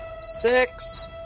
Six